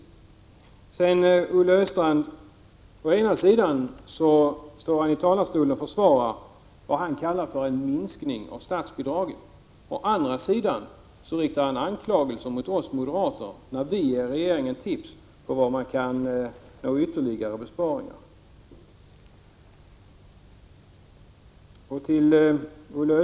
Å ena sidan försvarar Olle Östrand från talarstolen vad han kallar för en minskning av statsbidraget. Å andra sidan riktar han anklagelser mot oss moderater för att vi ger regeringen tips på ytterligare besparingar.